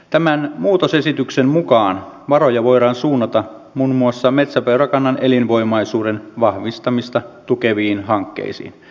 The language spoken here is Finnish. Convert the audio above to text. tämän muutosesityksen mukaan varoja voidaan suunnata muun muassa metsäpeurakannan elinvoimaisuuden vahvistamista tukeviin hankkeisiin